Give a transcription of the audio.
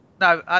no